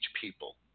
people